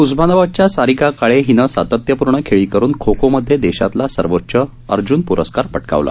उस्मानाबादच्या सारिका काळे हिने सातत्यपूर्ण खेळी करुन खो खोमधे देशातला सर्वोच्च अर्ज्न प्रस्कार पटकावला